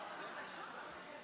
להלן